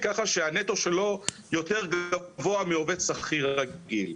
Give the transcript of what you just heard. ככה שהנטו שלו יותר גבוה מעובד שכיר רגיל.